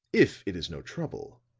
if it is no trouble,